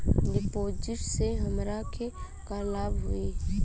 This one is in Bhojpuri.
डिपाजिटसे हमरा के का लाभ होई?